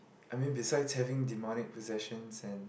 I mean besides having demonic possessions and